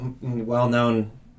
well-known